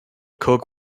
coke